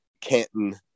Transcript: canton